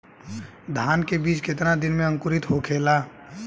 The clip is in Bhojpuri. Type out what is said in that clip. धान के बिज कितना दिन में अंकुरित होखेला?